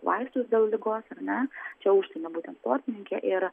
vaistus dėl ligos ne čia užsienio būtent sportininkė ir